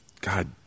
God